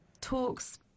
talks